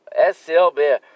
SLB